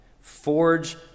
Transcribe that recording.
Forge